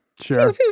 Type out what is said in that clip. Sure